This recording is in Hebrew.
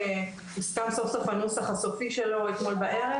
הוסכם סוף סוף הנוסח הסופי של הדוח אתמול בערב,